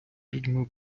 людьми